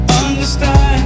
understand